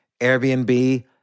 Airbnb